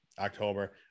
October